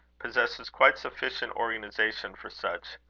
possesses quite sufficient organization for such.